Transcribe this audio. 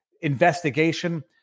investigation